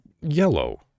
yellow